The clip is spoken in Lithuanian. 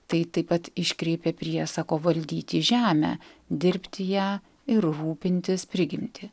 tai taip pat iškreipia priesako valdyti žemę dirbti ją ir rūpintis prigimti